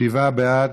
שבעה בעד,